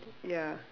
ya